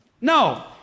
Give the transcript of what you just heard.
no